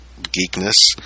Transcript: geekness